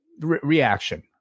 reaction